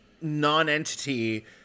non-entity